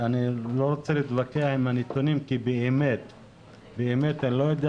אני לא רוצה להתווכח עם הנתונים כי אני באמת לא יודע